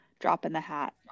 drop-in-the-hat